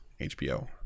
hbo